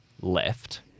left